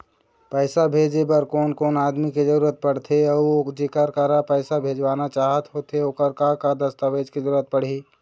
पैसा भेजे बार कोन कोन आदमी के जरूरत पड़ते अऊ जेकर करा पैसा भेजवाना चाहत होथे ओकर का का दस्तावेज के जरूरत पड़ही?